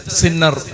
sinner